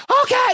okay